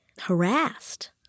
harassed